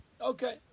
Okay